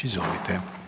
Izvolite.